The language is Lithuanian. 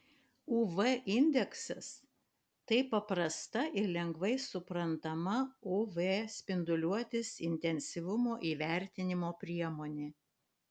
uv indeksas tai paprasta ir lengvai suprantama uv spinduliuotės intensyvumo įvertinimo priemonė